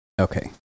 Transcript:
Okay